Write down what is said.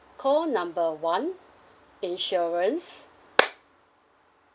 call number one insurance